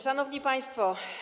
Szanowni Państwo!